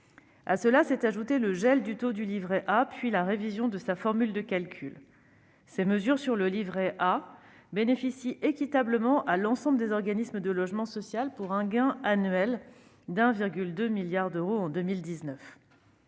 À cela se sont ajoutés le gel du taux du livret A puis la révision de sa formule de calcul. Ces mesures bénéficient équitablement à l'ensemble des organismes de logement social, pour un gain annuel de 1,2 milliard d'euros en 2019.